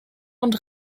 und